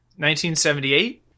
1978